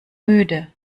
müde